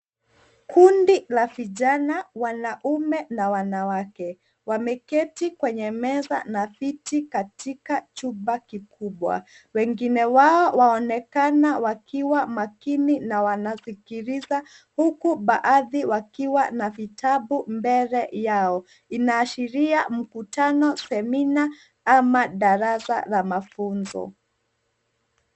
Kundi la vijana wanaume na wanawake wameketi kwenye meza na viti katika chumba kikubwa. Wengine wao waonekana wakiwa makini na wanaskiliza huku baadhi wakiwa na vitabu mbele yao. Inaashiria mkutano, semina au darasa la mafunzo.